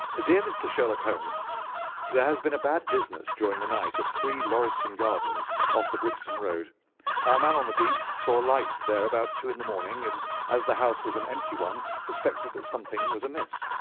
ah dear mr. sherlock holmes there has been a bad business during the night at three, lauriston gardens, off the brixton road. our man on the beat saw a light there about two in the and as the house was an empty one, suspected that something was amiss.